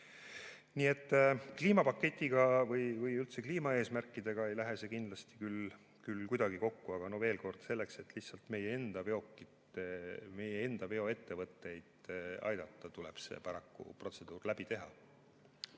Nii et kliimapaketiga või üldse kliimaeesmärkidega ei lähe see kindlasti küll kuidagi kokku. Aga veel kord: selleks, et lihtsalt meie enda veoettevõtteid aidata, tuleb paraku see protseduur läbi teha.